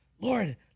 Lord